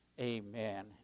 Amen